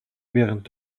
während